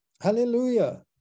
Hallelujah